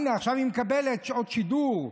הינה, עכשיו היא מקבלת שעות שידור.